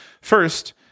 First